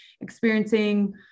experiencing